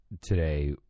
today